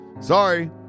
Sorry